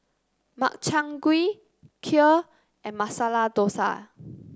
Makchang Gui Kheer and Masala Dosa